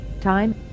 Time